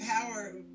power